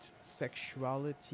sexuality